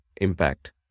impact